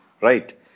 right